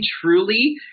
truly